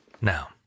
Now